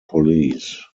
police